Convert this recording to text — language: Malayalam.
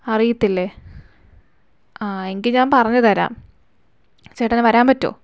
അറിയില്ലെ ആ എങ്കിൽ ഞാൻ പറഞ്ഞു തരാം ചേട്ടന് വരാൻ പറ്റുമോ